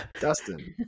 Dustin